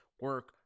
Work